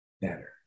better